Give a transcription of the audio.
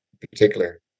particular